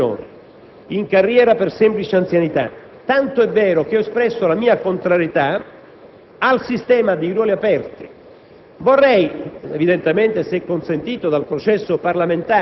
di legittimità. Non propongo slittamenti automatici nella progressione in carriera per semplice anzianità, tant'è vero che ho espresso la mia contrarietà al sistema dei ruoli aperti.